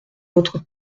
votre